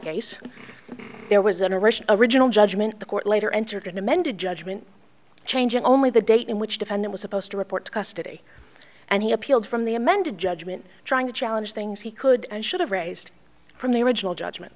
case there was an irish original judgment the court later entered an amended judgment changing only the date in which to find it was supposed to report custody and he appealed from the amended judgment trying to challenge things he could and should have raised from the original judgment